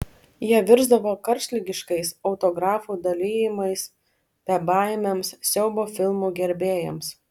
jie virsdavo karštligiškais autografų dalijimais bebaimiams siaubo filmų gerbėjams